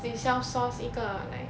they self source 一个 like